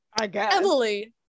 Emily